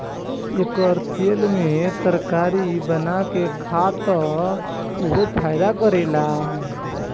एकर तेल में तरकारी बना के खा त उहो फायदा करेला